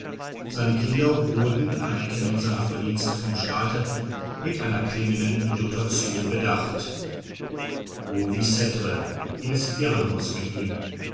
seine kinder wurden in anerkennung seiner verdienste vom staate mit einer klingenden dotation bedacht au victre ins irrenhaus mit ihm